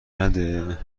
نده